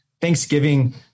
Thanksgiving